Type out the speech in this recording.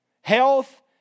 health